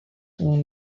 soon